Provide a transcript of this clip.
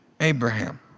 Abraham